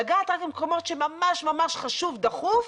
לגעת רק במקומות שממש ממש חשוב, דחוף,